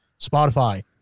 Spotify